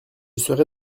serai